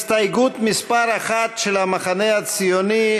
הסתייגות מס' 1 של חברי הכנסת יצחק הרצוג,